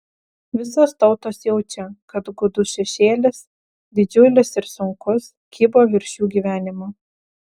visos tautos jaučia kad gūdus šešėlis didžiulis ir sunkus kybo virš jų gyvenimo